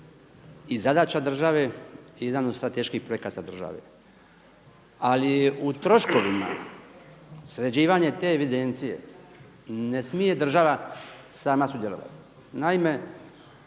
i zadaća države i jedan od strateških projekata države. Ali u troškovima sređivanja te evidencije ne smije država sam sudjelovati.